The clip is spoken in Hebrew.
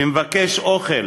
שמבקש אוכל,